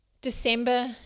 December